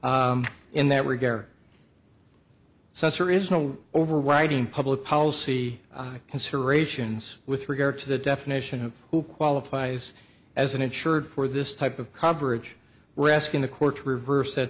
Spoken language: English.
in that regard sensor is no overriding public policy considerations with regard to the definition of who qualifies as an insured for this type of coverage we're asking the courts reverse that